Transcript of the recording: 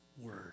word